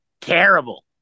terrible